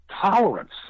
tolerance